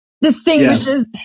Distinguishes